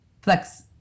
flex